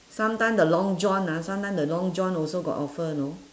sometime the long john ah sometime the long john also got offer know